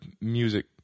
music